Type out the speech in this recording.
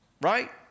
right